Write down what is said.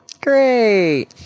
Great